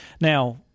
Now